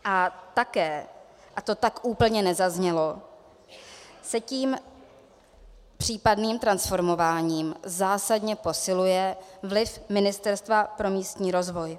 A také, a to tak úplně nezaznělo, se tím případným transformováním zásadně posiluje vliv Ministerstva pro místní rozvoj.